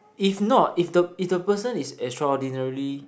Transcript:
if not if the if the person is extraordinarily